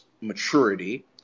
maturity